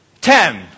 ten